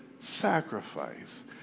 sacrifice